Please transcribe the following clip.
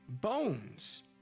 bones